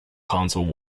console